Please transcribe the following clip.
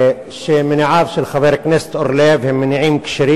שמניעיו של חבר הכנסת אורלב הם מניעים כשרים,